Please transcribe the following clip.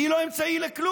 כי היא לא אמצעי לכלום.